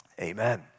Amen